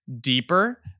deeper